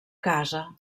casa